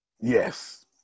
Yes